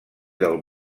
del